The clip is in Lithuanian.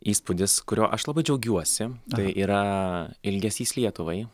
įspūdis kurio aš labai džiaugiuosi tai yra ilgesys lietuvai